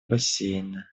бассейна